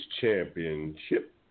Championship